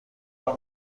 حال